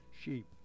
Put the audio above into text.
sheep